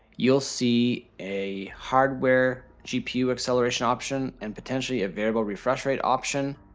you'll see a hardware gpu acceleration option and potentially a variable refresh rate option.